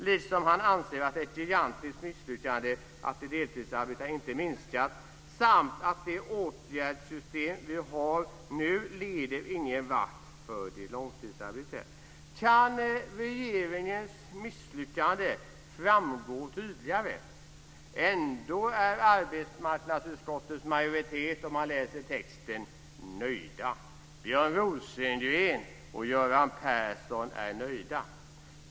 Likaså anser han att det är ett gigantiskt misslyckande att deltidsarbetslösheten inte minskat samt att det åtgärdssystem vi nu har inte leder något vart för de långtidsarbetslösa. Kan regeringens misslyckande framgå tydligare? Ändå är arbetsmarknadsutskottets majoritet, om man läser texten, nöjd. Björn Rosengren och Göran Persson är nöjda.